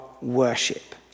worship